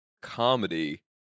comedy